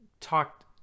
talked